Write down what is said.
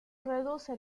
reduce